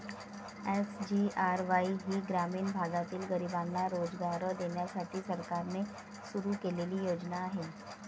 SGRY ही ग्रामीण भागातील गरिबांना रोजगार देण्यासाठी सरकारने सुरू केलेली योजना आहे